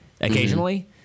occasionally